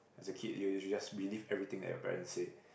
as a kid you will just believe everything that your parents say